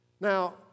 Now